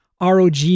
ROG